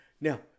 Now